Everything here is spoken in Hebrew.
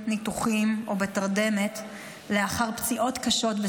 התשפ"ד 2024,